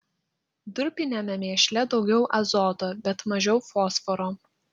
durpiniame mėšle daugiau azoto bet mažiau fosforo